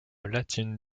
latine